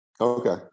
Okay